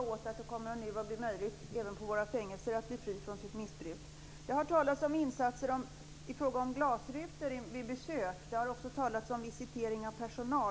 Fru talman! Jag tackar för svaret. Vi är många som är glada åt att det även på våra fängelser nu kommer att bli möjligt att bli fri från sitt missbruk. Det har talats om insatser i form av glasrutor vid besök. Det har också talats om visitering av personal.